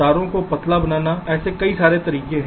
तारों को पतला बनाना कई सारे तरीके हैं